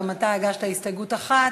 גם אתה הגשת הסתייגות אחת,